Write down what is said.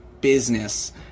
business